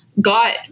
got